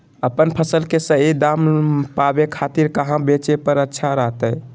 अपन फसल के सही दाम पावे खातिर कहां बेचे पर अच्छा रहतय?